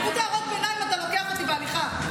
כמות הערות הביניים, אתה לוקח אותי בהליכה.